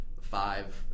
five